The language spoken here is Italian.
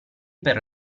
per